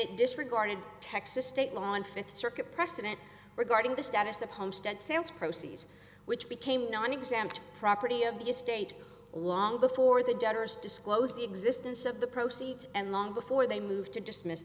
it disregarded texas state law and fifth circuit precedent regarding the status of homestead sales proces which became nonexempt property of the estate long before the debtors disclosed the existence of the proceeds and long before they moved to dismiss